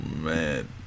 man